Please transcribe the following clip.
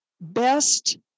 best